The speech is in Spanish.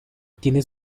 tiene